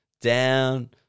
down